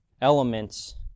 elements